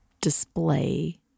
display